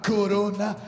Corona